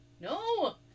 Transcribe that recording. No